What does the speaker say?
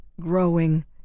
growing